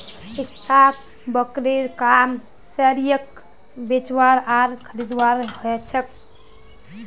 stock ब्रोकरेर काम शेयरक बेचवार आर खरीदवार ह छेक